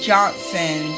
Johnson